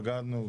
בגדנו,